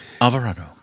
Alvarado